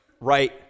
right